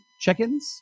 check-ins